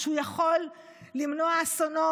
שהוא יכול למנוע אסונות.